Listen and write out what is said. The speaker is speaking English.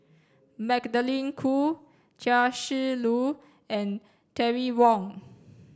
Magdalene Khoo Chia Shi Lu and Terry Wong